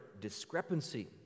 discrepancy